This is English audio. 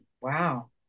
Wow